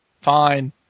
Fine